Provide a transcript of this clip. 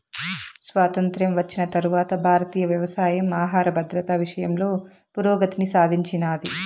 స్వాతంత్ర్యం వచ్చిన తరవాత భారతీయ వ్యవసాయం ఆహర భద్రత విషయంలో పురోగతిని సాధించినాది